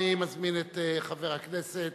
אני מזמין את חבר הכנסת